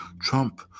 Trump